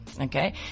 Okay